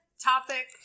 Topic